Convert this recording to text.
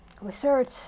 research